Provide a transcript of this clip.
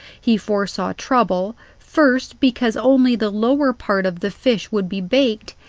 he foresaw trouble, first because only the lower part of the fish would be baked,